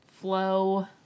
flow